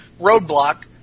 Roadblock